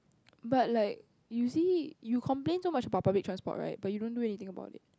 but like you see you complain so much about public transport right but you don't do anything about it